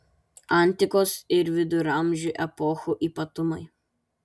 antikos ir viduramžių epochų ypatumai